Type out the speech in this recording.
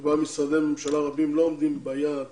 שבה משרדי ממשלה רבים לא עומדים ביעד